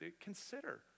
consider